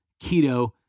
keto